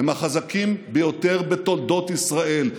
הם החזקים ביותר בתולדות ישראל,